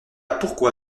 pourquoi